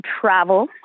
travel